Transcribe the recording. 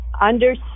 understand